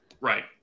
Right